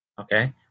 okay